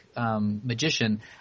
magician